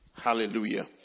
Hallelujah